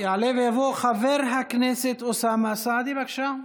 יעלה ויבוא חבר הכנסת אוסאמה סעדי, בבקשה.